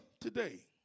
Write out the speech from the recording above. today